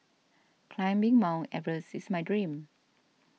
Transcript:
climbing Mount Everest is my dream